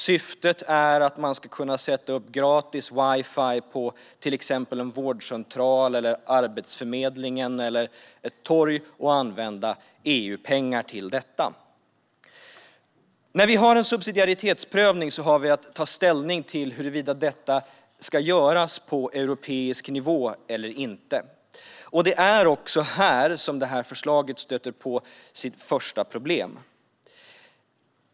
Syftet är att man ska kunna sätta upp gratis wifi på till exempel en vårdcentral, Arbetsförmedlingen eller ett torg och använda EU-pengar till detta. När vi gör en subsidiaritetsprövning har vi att ta ställning till huruvida något ska göras på europeisk nivå eller inte. Det är också här som förslaget stöter på sitt första problem.